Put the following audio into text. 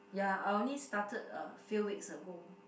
ya I only started a few weeks ago